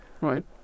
Right